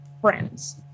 friends